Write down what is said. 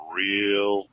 real